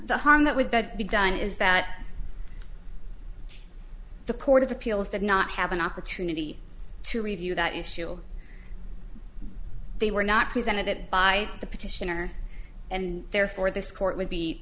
the harm that would that be done is that the court of appeals did not have an opportunity to review that issue they were not prevented by the petitioner and therefore this court would be